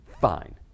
Fine